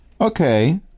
Okay